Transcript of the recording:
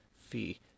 fee